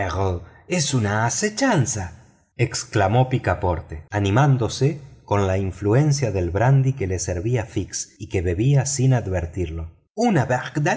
es una asechanza exclamó picaporte animándose por la influencia del brandy que le servía fix y que bebía sin advertirlo una